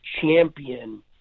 champion